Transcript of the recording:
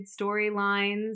storylines